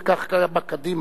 וכך קמה קדימה.